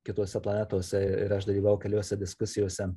kitose planetose ir aš dalyvavau keliuose diskusijose